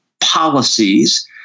policies